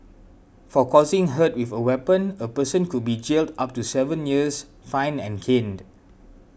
for causing hurt with a weapon a person could be jailed up to seven years fined and caned